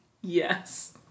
Yes